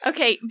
Okay